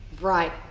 Right